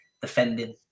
defending